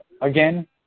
Again